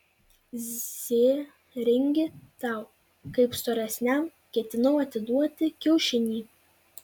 zėringi tau kaip storesniam ketinau atiduoti kiaušinį